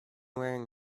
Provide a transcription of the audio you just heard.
wearing